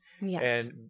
Yes